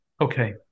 okay